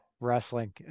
Wrestling